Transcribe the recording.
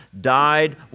died